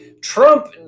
Trump